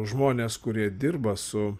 žmonės kurie dirba su